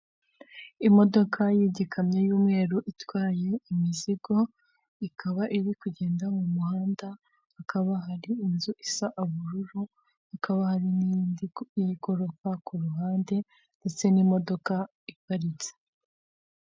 Imodoka y'ikamyo y'umweru itwaye imizigo, ikaba iri kugenda mu muhanda hakaba hari inzu isa ubururu hakaba hari n'indi y'igororoka kuruhande ndetse n'imodoka iparitse.